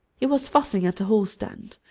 he was fussing at the hallstand,